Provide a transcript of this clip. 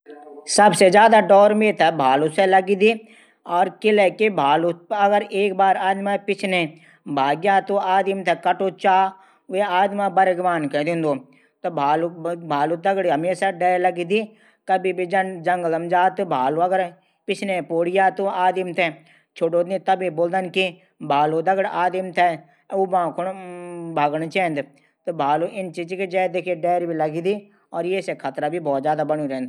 सबसे ज्यादा डौर मेथे। भालू से लगदी। किले की भालू अगर एक बार आदमी पिछधे भाग ग्या त ऊ आदमी थै कटदू चा। वे आदमी के बरगबान कैदूद ऊ। भालू दगडी हमेशा डैर लगदी। अगर कभी जंगल मा जा त और भालू पिछने पोडिग्या त उ आदमी थै छुडदू नीचा। इले बूलदा भालू दगड आदमी थै उबां कुन भगण चैंद।